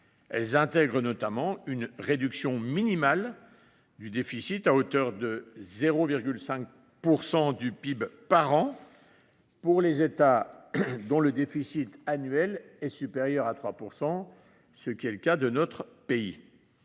Celles-ci intègrent notamment une réduction minimale du déficit à hauteur de 0,5 % du PIB par an pour les États dont le déficit annuel est supérieur à 3 %, ce qui est le cas de notre pays.